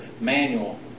manual